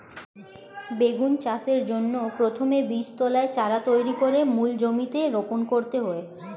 বেগুন চাষের জন্য প্রথমে বীজতলায় চারা তৈরি করে মূল জমিতে রোপণ করতে হয়